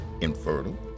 infertile